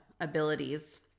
abilities